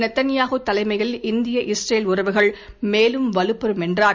Netanyahu தலைமையில் இந்திய Israel உறவுகள் மேலும் வலுப்பெறும் என்றார்